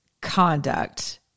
conduct